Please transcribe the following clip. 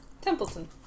Templeton